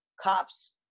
cops